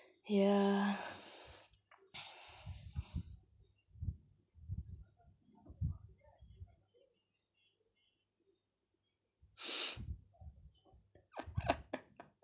ya